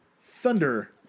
Thunder